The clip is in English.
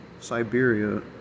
Siberia